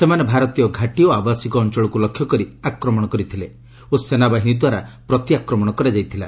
ସେମାନେ ଭାରତୀୟ ଘାଟୀ ଓ ଆବାସିକ ଅଞ୍ଚଳକୁ ଲକ୍ଷ୍ୟ କରି ଆକ୍ରମଣ କରିଥିଲେ ଓ ସେନାବାହିନୀ ଦ୍ୱାରା ପ୍ରତ୍ୟାକ୍ରମଣ କରାଯାଇଥିଲା